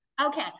okay